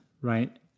right